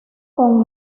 con